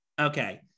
Okay